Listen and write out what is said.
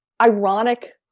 ironic